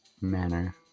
manner